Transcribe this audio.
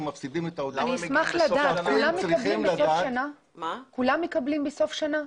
מפסידים את --- כולם מקבלים בסוף שנה?